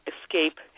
escape